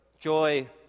joy